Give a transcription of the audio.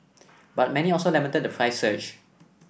but many also lamented the price surge